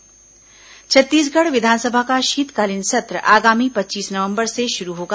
विधानसभा सत्र छत्तीसगढ़ विधानसभा का शीतकालीन सत्र आगामी पच्चीस नवंबर से शुरू होगा